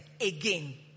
again